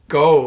go